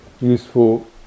useful